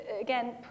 again